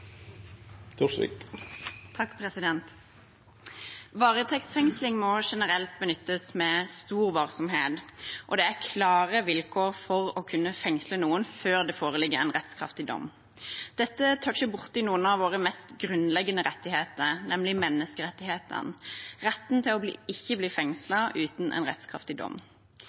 Varetektsfengsling må generelt benyttes med stor varsomhet, og det er klare vilkår for å kunne fengsle noen før det foreligger en rettskraftig dom. Dette tøtsjer borti noen av våre mest grunnleggende rettigheter, nemlig menneskerettighetene – retten til ikke å bli fengslet uten en rettskraftig dom.